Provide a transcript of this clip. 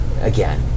Again